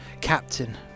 Captain